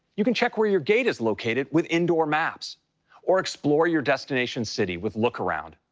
you can check where your gate is located with indoor maps or explore your destination city with look around,